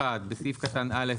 (1)בסעיף קטן (א),